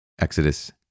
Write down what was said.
Exodus